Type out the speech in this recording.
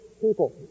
people